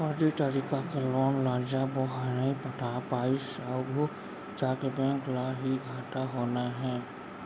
फरजी तरीका के लोन ल जब ओहा नइ पटा पाइस आघू जाके बेंक ल ही घाटा होना हे